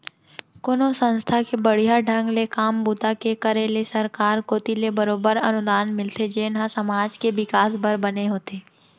कोनो संस्था के बड़िहा ढंग ले काम बूता के करे ले सरकार कोती ले बरोबर अनुदान मिलथे जेन ह समाज के बिकास बर बने होथे